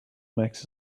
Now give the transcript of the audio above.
makes